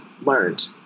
learned